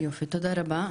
יופי, תודה רבה.